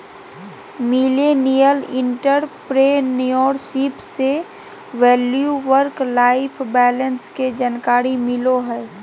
millennial entrepreneurship से value work life balance के जानकारी मिलो हय